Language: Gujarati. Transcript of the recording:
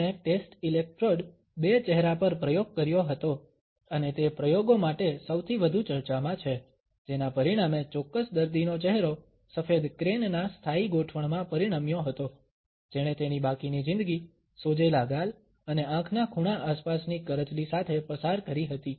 તેમણે ટેસ્ટ ઇલેક્ટ્રોડ બે ચહેરા પર પ્રયોગ કર્યો હતો અને તે પ્રયોગો માટે સૌથી વધુ ચર્ચામાં છે જેના પરિણામે ચોક્કસ દર્દીનો ચહેરો સફેદ ક્રેન ના સ્થાયી ગોઠવણમાં પરિણમ્યો હતો જેણે તેની બાકીની જિંદગી સોજેલા ગાલ અને આંખના ખૂણા આસપાસની કરચલી સાથે પસાર કરી હતી